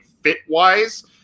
fit-wise